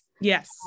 yes